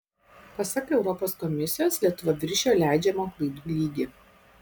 pasak europos komisijos lietuva viršijo leidžiamą klaidų lygį